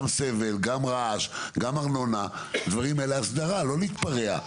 גם סבל, גם רעש, גם ארנונה, צריך אסדרה, לא נתפרע.